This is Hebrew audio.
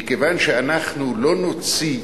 מכיוון שאנחנו לא נוציא,